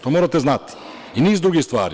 To morate znati i niz drugih stvari.